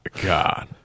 God